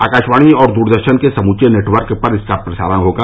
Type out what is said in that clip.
आकाशवाणी और दूरदर्शन के समूचे नेटवर्क पर इसका प्रसारण होगा